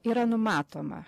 yra numatoma